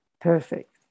Perfect